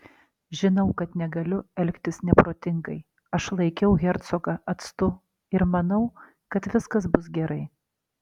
žinau kad negaliu elgtis neprotingai aš laikiau hercogą atstu ir manau kad viskas bus gerai